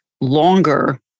longer